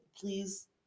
please